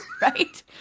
Right